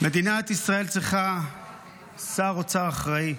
מדינת ישראל צריכה שר אוצר אחראי,